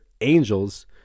angels